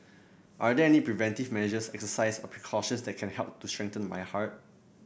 are there any preventive measures exercises or precautions that can help to strengthen my heart